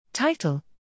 Title